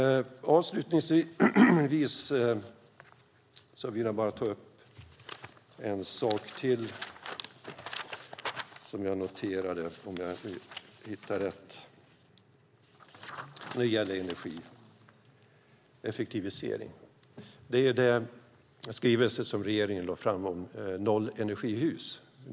Avslutningsvis vill jag ta upp en sak till när det gäller energieffektivisering, och det handlar om den skrivelse som regeringen lade fram om nollenergihus.